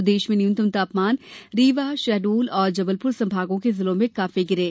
प्रदेश में न्यूनतम तापमान रीवाशहडोल और जबलपुर संभागों के जिलों में काफी गिरे